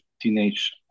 teenage